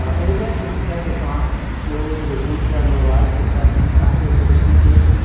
in addition, she kept us honest. she always did a detailed neurologic assessment after the procedures,